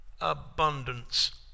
abundance